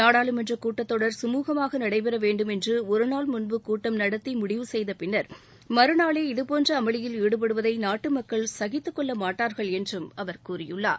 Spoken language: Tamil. நாடாளுமன்ற கூட்டத்தொடர் சுமுகமாக நடைபெற வேண்டும் என்று ஒருநாள் முன்பு கூட்டம் நடத்தி முடிவு செய்த பின்னர் மறுநாளே இதபோன்ற அமளியில் ஈடுபடுவதை நாட்டு மக்கள் சகித்துக் கொள்ள மாட்டார்கள் என்றும் அவர் கூறியுள்ளார்